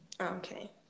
Okay